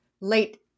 late